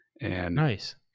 Nice